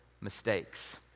mistakes